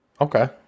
Okay